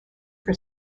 for